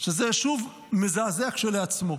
שזה שוב מזעזע כשלעצמו.